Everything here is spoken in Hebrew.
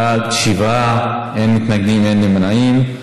בעד, שבעה, אין מתנגדים, אין נמנעים.